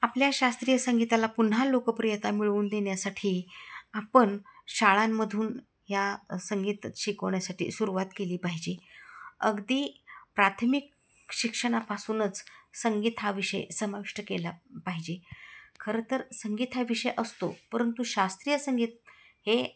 आपल्या शास्त्रीय संगीताला पुन्हा लोकप्रियता मिळवून देण्यासाठी आपण शाळांमधून ह्या संगीत शिकवण्यासाठी सुरुवात केली पाहिजे अगदी प्राथमिक शिक्षणापासूनच संगीत हा विषय समाविष्ट केला पाहिजे खरं तर संगीत हा विषय असतो परंतु शास्त्रीय संगीत हे